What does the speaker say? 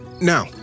Now